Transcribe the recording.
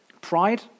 Pride